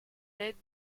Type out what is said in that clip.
l’aide